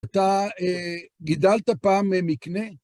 אתה גידלת פעם מקנה?